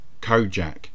Kojak